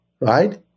right